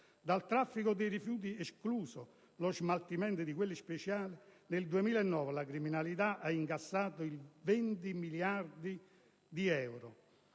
Dal traffico dei rifiuti, escluso lo smaltimento di quelli speciali, nel 2009 la criminalità ha incassato 20 miliardi di euro.